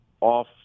off